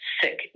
sick